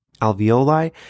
alveoli